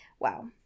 wow